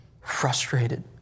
Frustrated